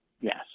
Yes